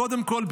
קודם כול,